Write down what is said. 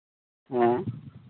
ᱦᱮᱸ